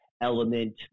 element